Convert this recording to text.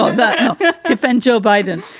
i'll defend joe biden.